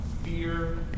fear